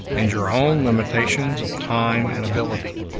and your own limitations of time and ability.